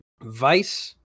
Vice